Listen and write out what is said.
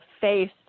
face